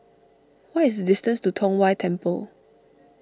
what is the distance to Tong Whye Temple